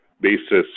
basis